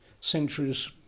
centuries